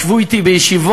ישבו אתי בישיבות,